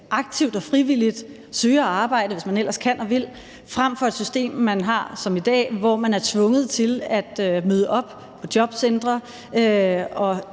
aktivt og frivilligt søger arbejde, hvis man ellers kan og vil, frem for et system, som man har i dag, hvor man er tvunget til at møde op på jobcentre,